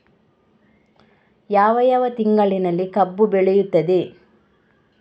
ಯಾವ ಯಾವ ತಿಂಗಳಿನಲ್ಲಿ ಕಬ್ಬು ಬೆಳೆಯುತ್ತದೆ?